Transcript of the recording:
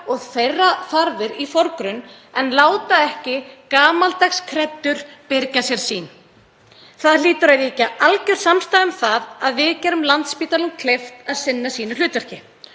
og þeirra þarfir í forgrunn en láta ekki gamaldags kreddur byrgja sér sýn. Það hlýtur að ríkja algjör samstaða um það að við gerum Landspítalanum kleift að sinna sínu hlutverki.